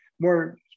more